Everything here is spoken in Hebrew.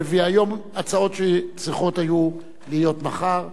והשר כחלון מביא היום הצעות שצריכות היו להיות מחר,